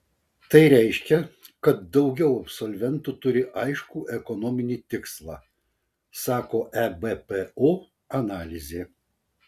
tai reiškia kad daugiau absolventų turi aiškų ekonominį tikslą sako ebpo analizė